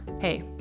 Hey